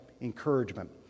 encouragement